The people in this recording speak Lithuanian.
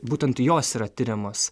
būtent jos yra tiriamos